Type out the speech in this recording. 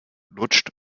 lutscht